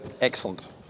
excellent